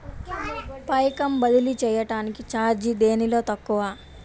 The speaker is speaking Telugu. పైకం బదిలీ చెయ్యటానికి చార్జీ దేనిలో తక్కువ?